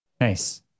Nice